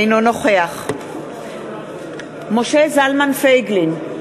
אינו נוכח משה זלמן פייגלין,